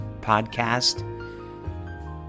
podcast